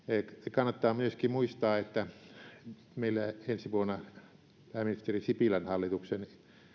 kannattaa myöskin muistaa että meillä ensi vuonna pääministeri sipilän hallituksen